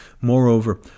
Moreover